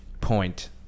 point